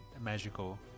magical